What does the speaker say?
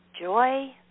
joy